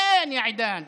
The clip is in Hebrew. וין, יא עידן?